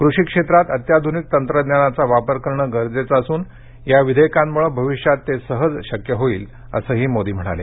कृषी क्षेत्रात अत्याधुनिक तंत्रज्ञानाचा वापर करणं गरजेचं असून या विधेयकांमुळे भविष्यात ते सहज शक्य होईल असही मोदी म्हणाले